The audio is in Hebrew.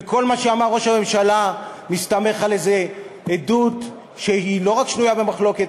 וכל מה שאמר ראש הממשלה מסתמך על איזו עדות שהיא לא רק שנויה במחלוקת,